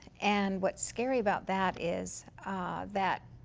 and what scary about that is that